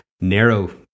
narrow